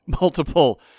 multiple